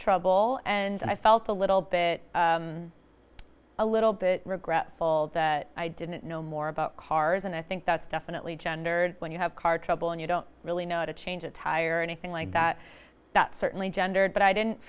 trouble and i felt a little bit a little bit regretful that i didn't know more about cars and i think that's definitely gendered when you have car trouble and you don't really know how to change a tire or anything like that that certainly gendered but i didn't